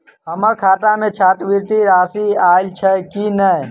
हम्मर खाता मे छात्रवृति राशि आइल छैय की नै?